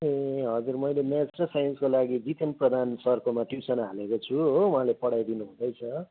ए हजुर मैले म्याथ र साइन्सको लागि जितेन प्रधान सरकोमा ट्युसन हालेको छु हो उहाँले पढाइदिनु हुँदैछ